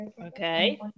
okay